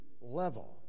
level